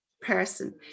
Person